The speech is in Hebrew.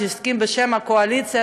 שהסכים בשם הקואליציה,